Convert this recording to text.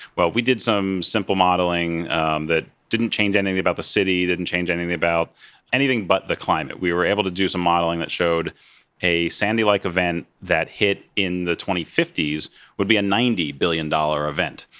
well, we did some simple modeling um that didn't change anything about the city, didn't change anything about anything but the climate. we were able to do some modeling that showed a sandy-like event that hit in the twenty fifty s would be a ninety billion dollar event,